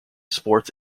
sports